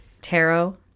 Tarot